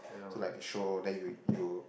so like the show then you you